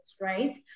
right